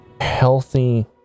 healthy